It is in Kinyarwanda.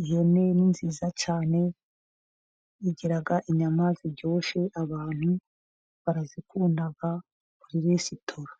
ihene ni nziza cyane igira inyama ziryoshye, abantu barazikunda muri resitora.